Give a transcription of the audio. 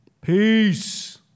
Peace